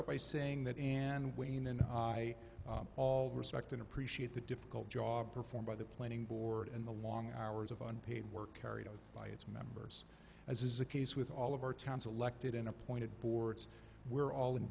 out by saying that in and wayne and i all respect and appreciate the difficult job performed by the planning board and the long hours of unpaid work carried out by its members as is the case with all of our town's elected and appointed boards we're all in